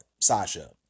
Sasha